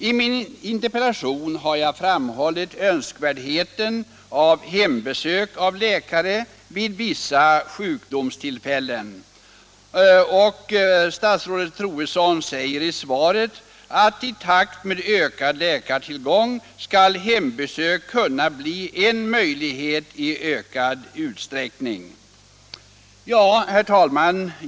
I min interpellation har jag framhållit önskvärdheten av hembesök av läkare vid vissa sjukdomstillfällen. Statsrådet Troedsson säger i svaret att i takt med ökad läkartillgång skall hembesök kunna bli en möjlighet i större utsträckning. Herr talman!